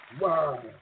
Wow